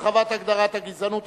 הרחבת הגדרת הגזענות),